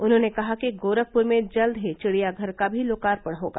उन्होंने कहा कि गोरखपुर में जल्द ही विड़ियाधर का भी लोकार्पण होगा